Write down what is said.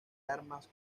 armas